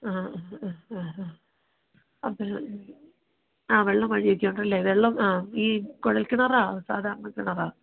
ആ ആ ആ ആ അപ്പോൾ ആ വെള്ളം വഴിയൊക്കെ ഉണ്ട് അല്ലേ വെള്ളം ആ ഈ കുഴൽ കിണർ ആ സാധാരണ കിണർ ആ